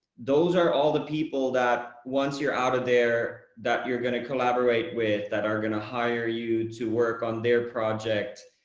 those are all the people that, once you're out of there, that you're gonna collaborate with, that are gonna hire you to work on their project.